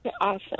Awesome